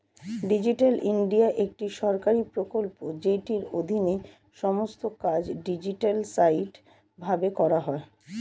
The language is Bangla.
ডিজিটাল ইন্ডিয়া একটি সরকারি প্রকল্প যেটির অধীনে সমস্ত কাজ ডিজিটালাইসড ভাবে করা হয়